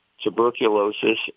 tuberculosis